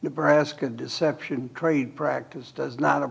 nebraska deception trade practice does not a